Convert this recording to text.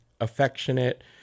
affectionate